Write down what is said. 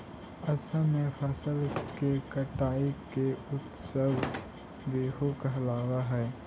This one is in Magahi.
असम में फसल के कटाई के उत्सव बीहू कहलावऽ हइ